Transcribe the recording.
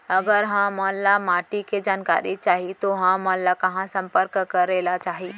अगर हमन ला माटी के जानकारी चाही तो हमन ला कहाँ संपर्क करे ला चाही?